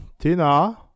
Tina